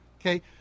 Okay